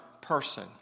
person